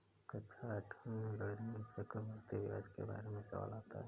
कक्षा आठवीं में गणित में चक्रवर्ती ब्याज के बारे में सवाल आता है